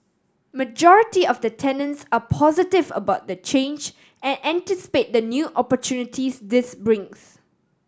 majority of the tenants are positive about the change and anticipate the new opportunities this brings